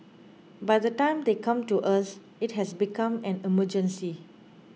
by the time they come to us it has become an emergency